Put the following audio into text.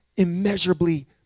immeasurably